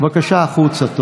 בבקשה החוצה.